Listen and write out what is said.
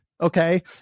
okay